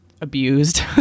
abused